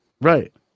Right